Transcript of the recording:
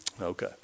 Okay